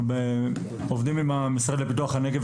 אנחנו עובדים עם המשרד לפיתוח הנגב,